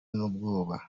n’ubwoba